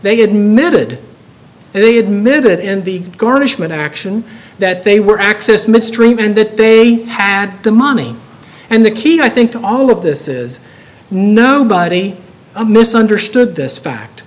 they admitted they admitted it and the garnishment action that they were accessed midstream and that they had the money and the key i think to all of this is nobody a mis understood this fact